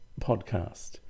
podcast